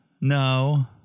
no